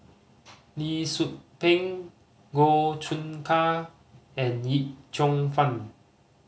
Lee Tzu Pheng Goh Choon Kang and Yip Cheong Fun